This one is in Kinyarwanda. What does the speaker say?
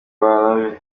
abana